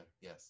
yes